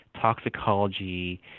toxicology